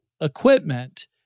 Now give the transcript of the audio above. Equipment